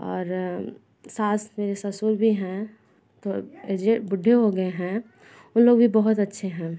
और सास मेरे ससुर भी हैं तो बूढ़े हो गए है उन लोग भी बहुत अच्छे हैं